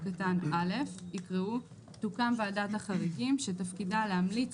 קטן (א) יקראו: "תוקם ועדת החריגים שתפקידה להמליץ